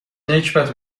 نکبت